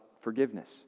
forgiveness